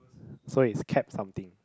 so it's cab something